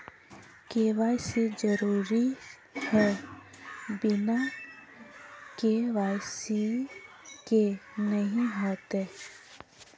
KYC जरुरी है बिना के.वाई.सी के नहीं होते?